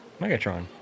Megatron